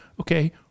Okay